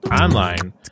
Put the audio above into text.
online